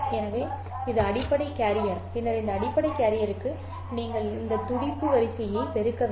எனவே இது அடிப்படை கேரியர் பின்னர் இந்த அடிப்படை கேரியருக்கு நீங்கள் இந்த துடிப்பு வரிசையை பெருக்க வேண்டும்